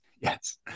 Yes